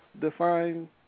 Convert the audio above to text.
define